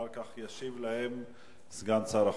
אחר כך ישיב להם סגן שר החוץ.